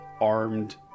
armed